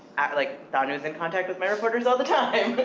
like thanu's in contact with my reporters all the time.